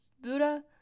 Buddha